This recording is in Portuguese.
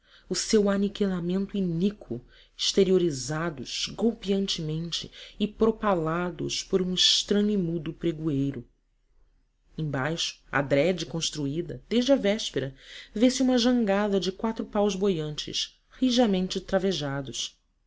o seu aniquilamento iníquo exteriorizados golpeantemente e propalados por um estranho e mudo pregoeiro embaixo adrede construída desde a véspera vê-se uma jangada de quatro paus boiantes rijamente travejados